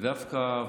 ודווקא,